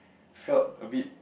felt a bit